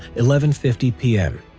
eleven fifty p m.